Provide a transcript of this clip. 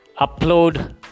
upload